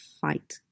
fight